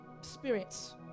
spirits